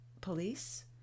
police